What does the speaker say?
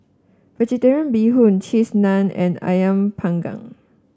vegetarian Bee Hoon Cheese Naan and ayam Panggang